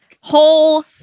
whole